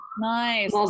Nice